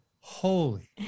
holy